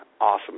Awesome